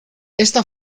esta